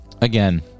again